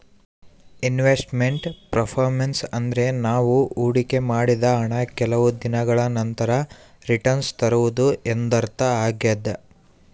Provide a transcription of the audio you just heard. invest made performance ಅಂದ್ರೆ ನಾವು ಹೊಡಿಕೆ ಮಾಡಿದ ಹಣ ಕೆಲವು ದಿನಗಳ ನಂತರ ರಿಟನ್ಸ್ ತರುವುದು ಎಂದರ್ಥ ಆಗ್ಯಾದ